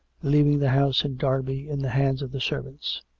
leaving the house in derby in the hands of the servants.